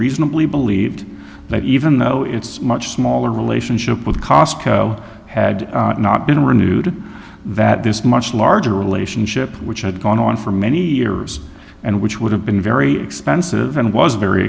reasonably believed that even though its much smaller relationship with cosco had not been renewed that this much larger relationship which had gone on for many years and which would have been very expensive and was very